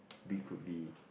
we could be